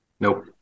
Nope